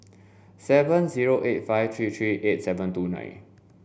seven zero eight five three three eight seven two nine